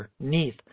underneath